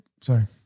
Sorry